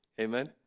Amen